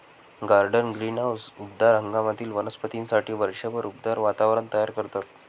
garden greenhouse उबदार हंगामातील वनस्पतींसाठी वर्षभर उबदार वातावरण तयार करतात